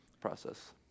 process